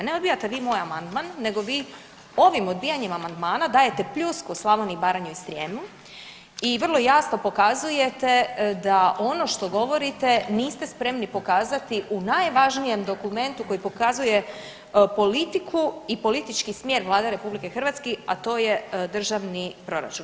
Ne odbijate vi moj amandman nego vi ovim odbijanjem amandmana dajete pljusku Slavoniji, Baranji i Srijemu i vrlo jasno pokazujete da ono što govorite niste spremni pokazati u najvažnijem dokumentu koji pokazuje politiku i politički smjer Vlade RH, a to je državni proračun.